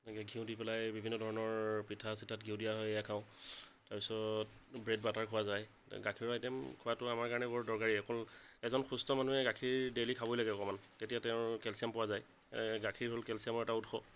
এনেকে ঘিঁউ দি পেলাই বিভিন্ন ধৰণৰ পিঠা চিঠাত ঘিঁউ দিয়া হয় সেইয়া খাওঁ তাৰ পিছত ব্ৰেড বাটাৰ খোৱা যায় গাখীৰৰ আইটেম খোৱাটো আমাৰ কাৰণে বৰ দৰকাৰী অকল এজন সুস্থ মানুহে গাখীৰ ডেইলী খাবই লাগে অকণমান তেতিয়া তেওঁৰ কেলচিয়াম পোৱা যায় গাখীৰ হ'ল কেলচিয়ামৰ এটা উৎস